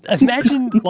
imagine